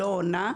לא עונה,